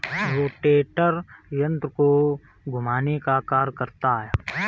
rotator यन्त्र को घुमाने का कार्य करता है